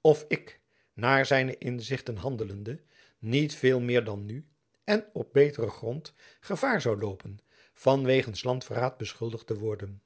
of ik naar zijne inzichten handelende niet veel meer dan nu en op beteren grond gevaar zoû loopen van wegens landverraad beschuldigd te worden